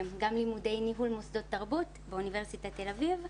גם לימודי ניהול מוסדות תרבות באוניברסיטת תל אביב,